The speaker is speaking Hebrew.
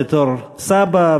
בתור סבא,